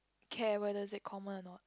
okay whether is it common or not